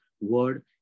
word